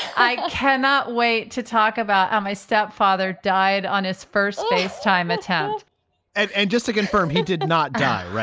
i cannot wait to talk about how my stepfather died on his first face time attempt and and just to confirm he did not die,